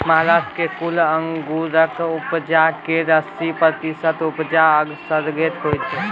महाराष्ट्र मे कुल अंगुरक उपजा केर अस्सी प्रतिशत उपजा असगरे होइ छै